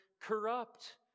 corrupt